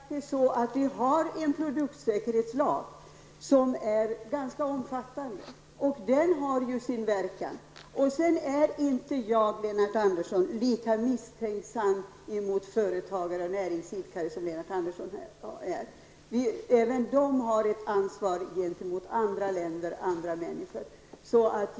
Fru talman! Det är faktiskt så att vi har en produktsäkerhetslag som är ganska omfattande, och den har ju sin verkan. Sedan är inte jag lika misstänksam mot företagare och näringsidkare som Lennart Andersson är. Även de har ett ansvar gentemot andra människor och andra länder.